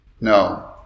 No